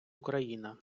україна